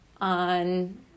on